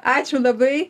ačiū labai